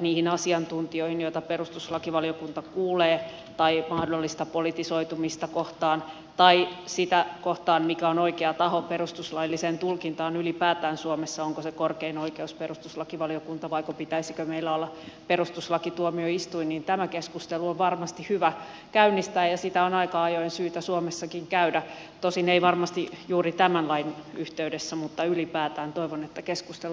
niihin asiantuntijoihin joita perustuslakivaliokunta kuulee tai mahdollista politisoitumista kohtaan tai sitä kohtaan mikä on oikea taho perustuslailliseen tulkintaan ylipäätään suomessa onko se korkein oikeus perustuslakivaliokunta vaiko pitäisikö meillä olla perustuslakituomioistuin niin tämä keskustelu on varmasti hyvä käynnistää ja sitä on aika ajoin syytä suomessakin käydä tosin ei varmasti juuri tämän lain yhteydessä mutta ylipäätään toivon että keskustelu tästä jatkuu